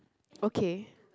okay